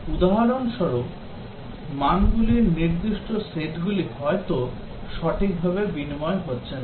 উদাহরণস্বরূপ মানগুলির নির্দিষ্ট সেটগুলি হয়তো সঠিকভাবে বিনিময় হচ্ছে না